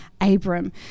Abram